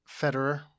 Federer